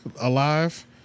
alive